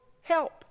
help